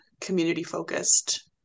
community-focused